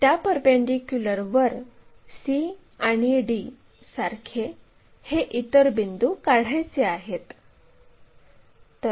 त्या परपेंडीक्युलरवर c आणि d सारखे हे इतर बिंदू काढायचे आहेत